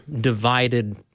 divided